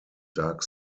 dark